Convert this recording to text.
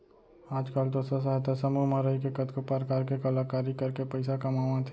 आज काल तो स्व सहायता समूह म रइके कतको परकार के कलाकारी करके पइसा कमावत हें